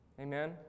Amen